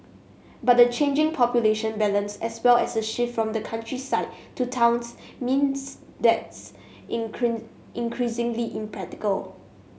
but the changing population balance as well as a shift from the countryside to towns means that's in increasingly impractical